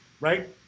right